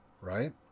right